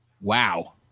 Wow